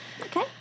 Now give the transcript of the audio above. Okay